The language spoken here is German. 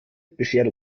beschert